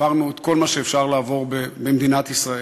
עברנו את כל מה שאפשר לעבור במדינת ישראל,